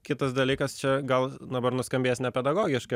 kitas dalykas čia gal dabar nuskambės nepedagogiškai